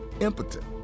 impotent